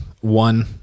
one